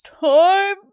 Time